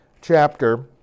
chapter